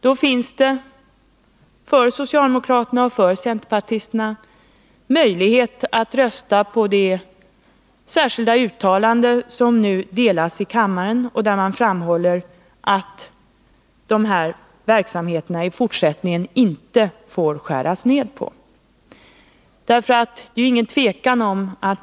Då finns det en möjlighet för socialdemokraterna och centerpartisterna att rösta på det särskilda yrkande som nu delas ut i kammaren och där det framhålls, att man i fortsättningen inte får skära ned på de här verksamheterna.